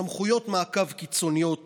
סמכויות מעקב קיצוניות